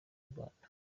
rwanda